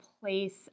place